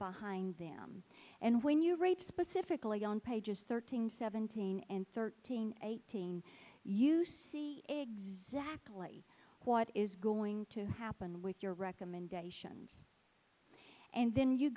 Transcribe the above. hind them and when you read specifically on pages thirteen seventeen and thirteen eighteen you see exactly what is going to happen with your recommendations and then you